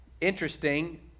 Interesting